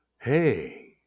hey